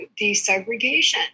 desegregation